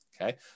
okay